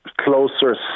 closer